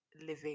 living